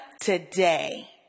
today